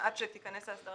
עד שתיכנס ההסדרה